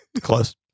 Close